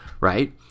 right